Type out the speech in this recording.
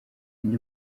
andi